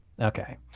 Okay